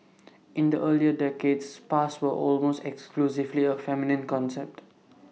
in the earlier decades spas were almost exclusively A feminine concept